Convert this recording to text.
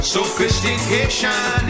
Sophistication